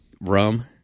rum